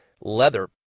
leather